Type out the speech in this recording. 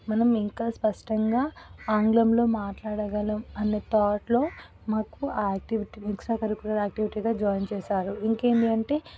మనం ఇంకా స్పష్టంగా ఆంగ్లంలో మాట్లాడగలం అనే థాట్లొ మాకు ఆ ఆక్టివిటీ ఎక్సట్రా కరికులర్ ఆక్టివిటీగా జాయిన్ చేశారు ఇంకేమి అంటే